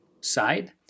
side